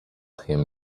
him